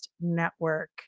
Network